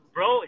Bro